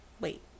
Wait